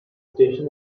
station